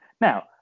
Now